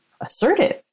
assertive